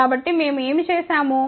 కాబట్టి మేము ఏమి చేసాము